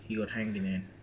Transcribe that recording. he got hang in the end